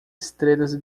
estrelas